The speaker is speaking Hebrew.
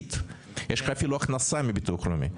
מפסיד על ההוצאה שלך; יש לך אפילו הכנסה מהביטוח הלאומי.